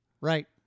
Right